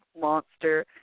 monster